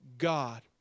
God